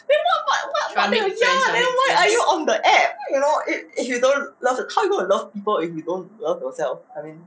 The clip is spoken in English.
then what what what ya then why are you on the app you know if if you dont love how are you gonna love people if you don't love yourself I mean